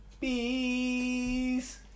peace